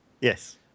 Yes